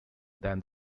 than